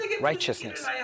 righteousness